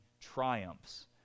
triumphs